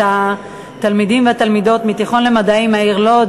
התלמידים והתלמידות מהתיכון למדעים בעיר לוד,